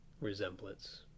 resemblance